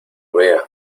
vea